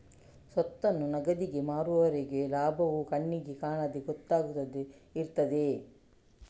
ಸ್ವತ್ತನ್ನು ನಗದಿಗೆ ಮಾರುವವರೆಗೆ ಲಾಭವು ಕಣ್ಣಿಗೆ ಕಾಣದೆ ಗೊತ್ತಾಗದೆ ಇರ್ತದೆ